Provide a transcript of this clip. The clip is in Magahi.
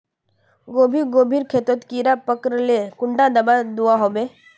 गोभी गोभिर खेतोत कीड़ा पकरिले कुंडा दाबा दुआहोबे?